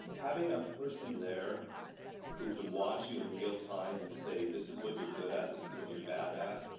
having a person there who can watch you in real-time and say this is what you are good at, this is what you are bad out,